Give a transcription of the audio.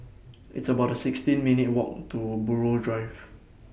It's about sixteen minutes' Walk to Buroh Drive